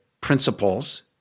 principles